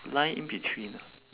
line in between